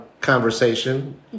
conversation